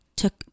took